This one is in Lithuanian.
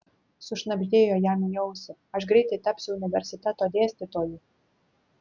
sušnabždėjo jam į ausį aš greitai tapsiu universiteto dėstytoju